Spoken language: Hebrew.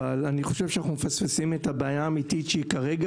אבל אני חושב שאנחנו מפספסים את הבעיה האמיתית שהיא כרגע